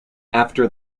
after